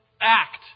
act